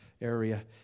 area